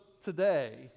today